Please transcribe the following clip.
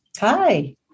Hi